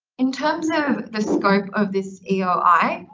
in terms of the scope of this eoi.